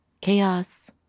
chaos